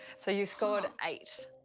so you scored eight.